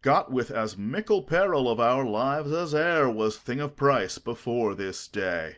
got with as mickle peril of our lives, as ere was thing of price before this day